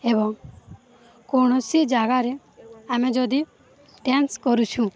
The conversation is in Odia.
ଏବଂ କୌଣସି ଜାଗାରେ ଆମେ ଯଦି ଡ଼୍ୟାନ୍ସ କରୁଛୁଁ